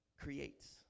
creates